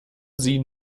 sie